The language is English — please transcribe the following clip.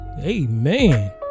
Amen